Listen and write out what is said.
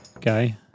Guy